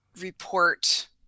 report